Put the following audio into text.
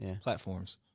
platforms